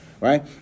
Right